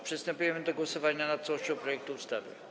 Przystępujemy do głosowania nad całością projektu ustawy.